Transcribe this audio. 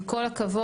עם כל הכבוד,